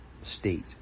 state